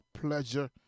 pleasure